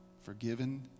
forgiven